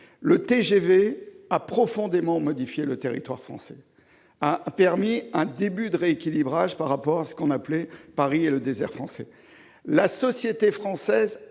Le TGV a profondément modifié le territoire français. Il a permis un début de rééquilibrage par rapport à ce que l'on appelait « Paris et le désert français ». La société française